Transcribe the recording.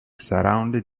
surrounded